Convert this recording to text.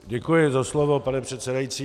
Děkuji za slovo, pane předsedající.